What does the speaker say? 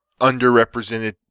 underrepresented